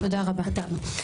תודה רבה.